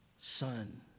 son